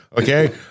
okay